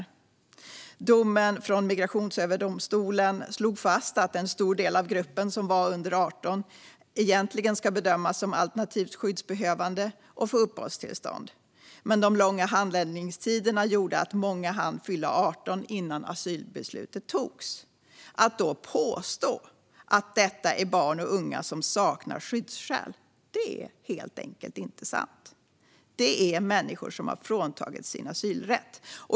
I domen från Migrationsöverdomstolen slogs det fast att en stor del av gruppen som var under 18 år egentligen ska bedömas som alternativt skyddsbehövande och få uppehållstillstånd. Men de långa handläggningstiderna gjorde att många hann fylla 18 år innan asylbeslutet togs. Att då påstå att detta är barn och unga som saknar skyddsskäl är helt enkelt inte sant. Det är människor som har fråntagits sin asylrätt.